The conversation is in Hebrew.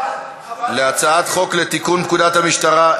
להצעת חוק לתיקון פקודת המשטרה,